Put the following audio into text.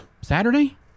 Saturday